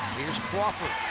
crawford.